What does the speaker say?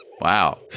Wow